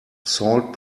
salt